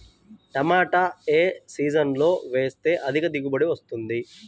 టమాటా ఏ సీజన్లో వేస్తే అధిక దిగుబడి వస్తుంది?